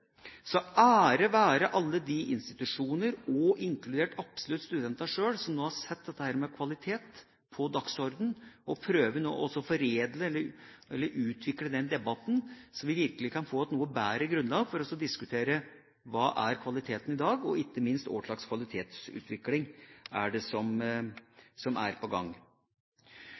Så ære være alle de institusjoner, absolutt inkludert studentene sjøl, som nå har satt dette med kvalitet på dagsordenen, og som nå prøver å foredle eller utvikle denne debatten, så vi virkelig kan få et noe bedre grunnlag for å diskutere hva som er kvaliteten i dag, og ikke minst hva slags kvalitetsutvikling det er som er på gang.